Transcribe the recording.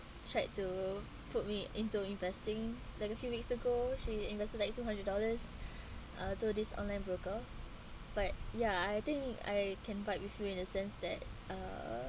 tried to put me into investing like a few weeks ago she invested like two hundred dollars uh to this online broker but ya I think I can partly feel in the sense that uh